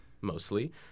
mostly